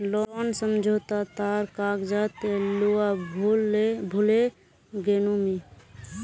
loan समझोता तार कागजात लूवा भूल ले गेनु मि